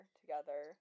together